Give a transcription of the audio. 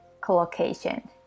collocation